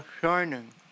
shining